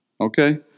Okay